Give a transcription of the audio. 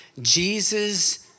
Jesus